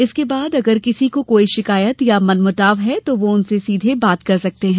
इसके बाद भी किसी को कोई शिकायत या मनमुटाव है तो वह उनसे सीधे बात कर सकते हैं